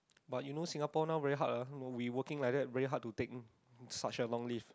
but you know Singapore now very hard ah we working like that very hard to take such a long leave